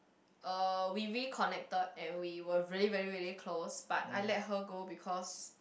uh we reconnected and we were really very very close but I let her go because